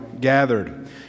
gathered